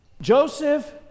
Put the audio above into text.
Joseph